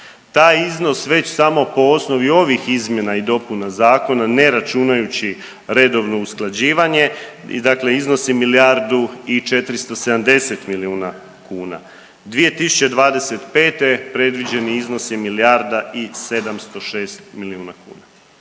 Taj iznos već samo po osnovi ovih izmjena i dopuna zakona ne računajući redovno usklađivanje, dakle iznosi milijardu i 470 milijuna kuna. 2025. predviđeni iznos je milijarda i 706 milijuna kuna.